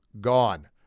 Gone